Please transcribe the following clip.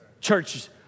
churches